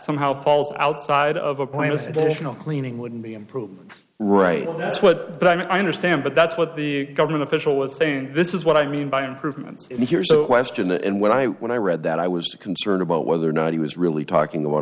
somehow falls outside of a point of cleaning would be improved right that's what but i understand but that's what the government official was saying this is what i mean by improvements and here's a question and when i when i read that i was concerned about whether or not he was really talking